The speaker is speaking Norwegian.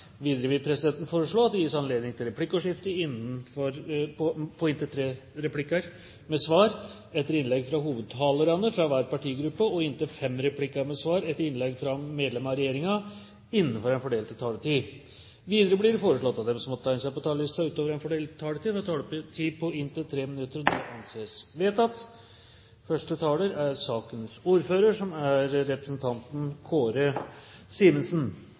Videre vil presidenten foreslå at det gis anledning til replikkordskifte på inntil tre replikker med svar etter innlegg fra hovedtalerne fra hver partigruppe og inntil fem replikker med svar etter innlegg fra medlem av regjeringen innenfor den fordelte taletid. Videre blir det foreslått at de som måtte tegne seg på talerlisten utover den fordelte taletid, får en taletid på inntil 3 minutter. – Det anses vedtatt. «Etersendt radio» eller «kringkasting» er helt avgjørende for radio. Kringkastingens egenskaper er